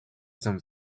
some